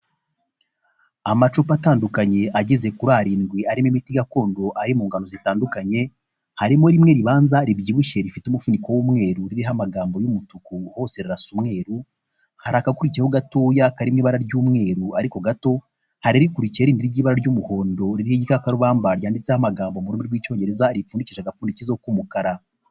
Amacupa atandukanye ageze kuri arindwi, arimo imiti gakondo, ari mu ngano zitandukanye, harimo rimwe ribanza ribyibushye rifite umufuniko w'umweru, ririho amagambo y'umutuku hose rirasa umweru, hari agakakurikiyeho gatoya kari mu ibara ry'umweru, ariko gato hari irikurikiye irindi ry'ibara ry'umuhondo ririho igikakabamba ryanditseho amagambo mu rurimi rw'icyongereza, ripfundikije agapfundikizo k'umukara.